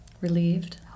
Relieved